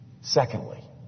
Secondly